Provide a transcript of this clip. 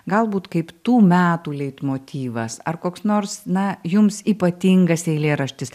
galbūt kaip tų metų leitmotyvas ar koks nors na jums ypatingas eilėraštis